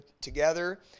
together